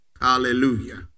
Hallelujah